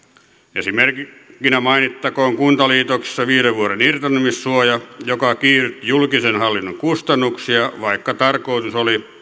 esimerkkinä mainittakoon kuntaliitoksissa viiden vuoden irtisanomissuoja joka kiihdytti julkisen hallinnon kustannuksia vaikka tarkoitus oli